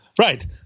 Right